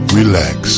relax